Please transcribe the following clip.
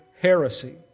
heresy